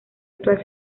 actual